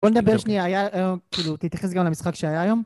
בוא נדבר שנייה היה כאילו תתייחס גם למשחק שהיה היום